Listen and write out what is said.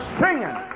singing